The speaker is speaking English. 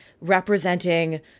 representing